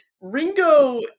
Ringo